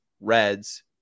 Reds